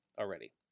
already